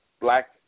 black